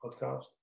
podcast